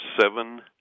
seven